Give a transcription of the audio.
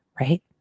right